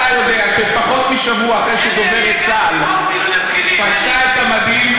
אתה יודע שפחות משבוע אחרי שדוברת צה"ל פשטה את המדים,